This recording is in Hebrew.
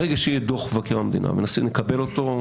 ברגע שיהיה דוח מבקר המדינה ונקבל אותו,